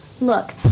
Look